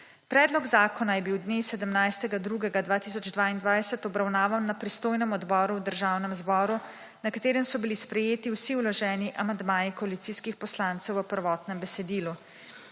Predlog zakona je bil dne 17. 2. 2022 obravnavan na pristojnem odboru v Državnem zboru, na katerem so bili sprejeti vsi vloženi amandmaji koalicijskih poslancev v prvotnem besedilu.